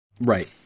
right